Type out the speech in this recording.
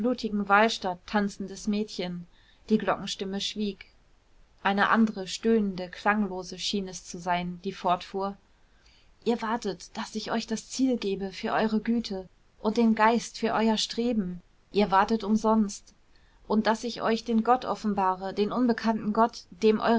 wahlstatt tanzendes mädchen die glockenstimme schwieg eine andere stöhnende klanglose schien es zu sein die fortfuhr ihr wartet daß ich euch das ziel gebe für eure güte und den geist für euer streben ihr wartet umsonst und daß ich euch den gott offenbare den unbekannten gott dem